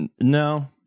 No